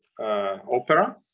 opera